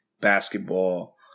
basketball